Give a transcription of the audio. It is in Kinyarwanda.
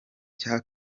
cya